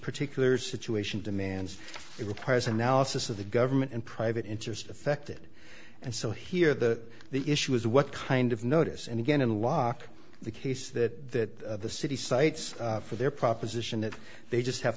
particular situation demands it requires an alice of the government and private interests affected and so here that the issue is what kind of notice and again unlock the case that the city cites for their proposition that they just have